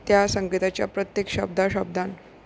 त्या संगताच्या प्रत्येक शब्द शब्द